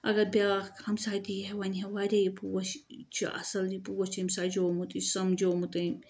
اگر بیاکھ ہمسایہِ تہِ یی ہا وَنہِ ہا واریاہ یہِ پوش چھُ اصل یہِ پوش چھُ أمۍ سَجومُت یہِ چھُ سمجومُت أمۍ